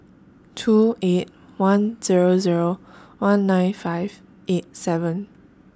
two eight one Zero Zero one nine five eight seven